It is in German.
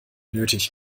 nötig